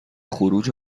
خروج